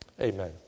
amen